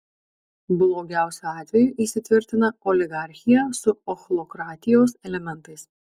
blogiausiu atveju įsitvirtina oligarchija su ochlokratijos elementais